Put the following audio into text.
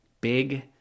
big